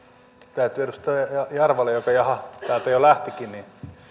täytyy edustaja jarvalle joka täältä jo lähtikin